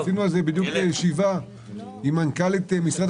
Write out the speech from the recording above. עשינו על זה ישיבה עם מנכ"לית משרד